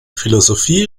philosophie